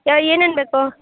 ಯಾ ಏನೇನು ಬೇಕು